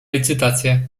licytację